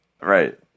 right